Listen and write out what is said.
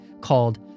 called